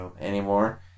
anymore